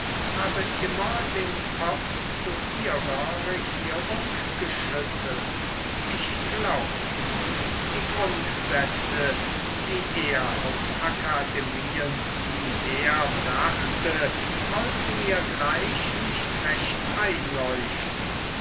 habe immer den kopf zu ihrer regierung geschüttelt ich glaub's die grundsätze die er aus akademien hieher brachte wollten mir gleich nicht recht einleuchten